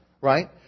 Right